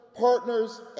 partners